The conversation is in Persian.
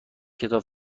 کتاب